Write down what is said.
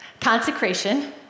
consecration